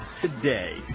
today